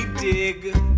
dig